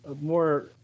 more